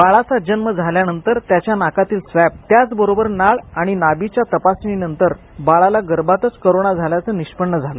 बाळाचा जन्म झाल्यानंतर त्याच्या नाकातील स्वॅब त्याचबरोबर नाळ आणि नाभीच्या तपासणीनंतर बाळाला गर्भातच कोरोना झाल्याचं निष्पन्न झालं